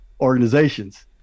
organizations